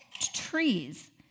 trees